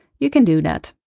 you can do that.